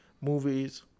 Movies